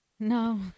No